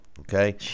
okay